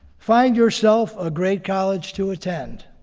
find yourself a great college to attend,